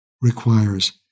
requires